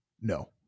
No